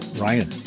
Ryan